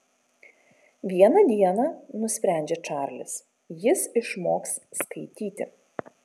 vieną dieną nusprendžia čarlis jis išmoks skaityti